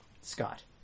Scott